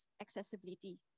accessibility